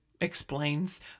explains